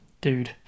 Dude